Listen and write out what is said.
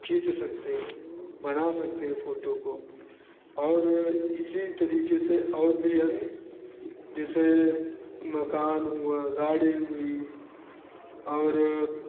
खींच सकते हैं बना सकते हैं फोटो को और इसी तरीके से और अभी अन्य जैसे मकान हुआ गाड़ी हुई और